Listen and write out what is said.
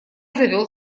завёл